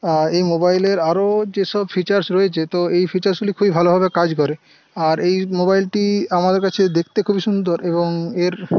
এই মোবাইলের আরো যেসব ফিচারস রয়েছে তো এই ফিচারসগুলি খুবই ভালোভাবে কাজ করে আর এই মোবাইলটি আমাদের কাছে দেখতে খুবই সুন্দর এবং এর